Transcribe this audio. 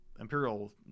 Imperial